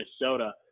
Minnesota